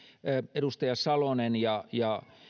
edustaja salonen ja ja